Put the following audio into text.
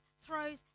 throws